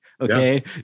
Okay